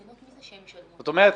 זאת אומרת,